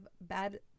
bad